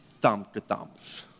thumb-to-thumbs